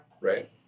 Right